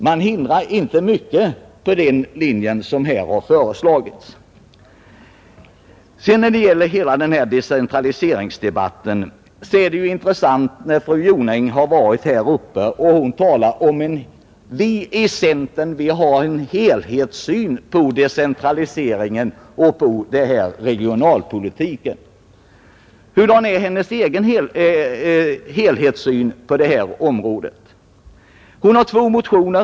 Inflyttningen till detta område förhindras alltså inte nämnvärt genom de åtgärder som i detta avseende föreslagits. Låt mig så beröra decentraliseringsdebatten. Fru Jonäng sade i sitt anförande: Vi i centern har en helhetssyn på decentraliseringen och regionalpolitiken. Hurudan är nu fru Jonängs egen helhetssyn på detta område? Fru Jonäng har i detta ärende väckt två motioner.